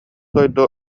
дойду